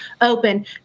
open